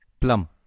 Plum